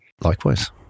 likewise